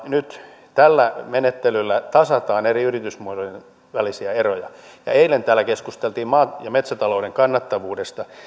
nyt tällä menettelyllä tasataan eri yritysmuotojen välisiä eroja eilen täällä keskusteltiin maa ja metsätalouden kannattavuudesta